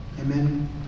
Amen